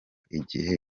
igihe